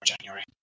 January